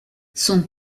son